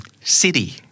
city